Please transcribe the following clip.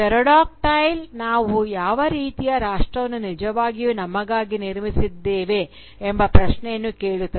pterodactyl ನಾವು ಯಾವ ರೀತಿಯ ರಾಷ್ಟ್ರವನ್ನು ನಿಜವಾಗಿಯೂ ನಮಗಾಗಿ ನಿರ್ಮಿಸಿದ್ದೇವೆ ಎಂಬ ಪ್ರಶ್ನೆಯನ್ನು ಕೇಳುತ್ತದೆ